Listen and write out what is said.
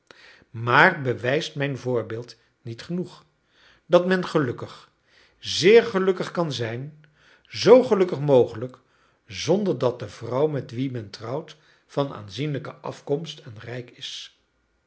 maar bewijst mijn voorbeeld niet genoeg dat men gelukkig zeer gelukkig kan zijn zoo gelukkig mogelijk zonder dat de vrouw met wie men trouwt van aanzienlijke afkomst en rijk is